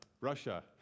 Russia